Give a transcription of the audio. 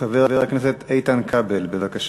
חבר הכנסת איתן כבל, בבקשה.